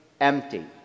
empty